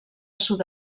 sud